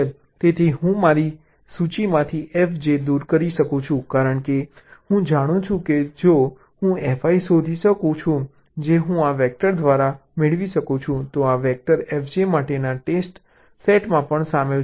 તેથી હું મારી સૂચિમાંથી fj દૂર કરી શકું છું કારણ કે હું જાણું છું કે જો હું fi શોધી શકું છું જે હું આ વેક્ટર દ્વારા કરી શકું છું તો આ વેક્ટર fj માટેના ટેસ્ટ સેટમાં પણ સામેલ છે